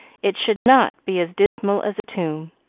it should not be as dismal as a tomb.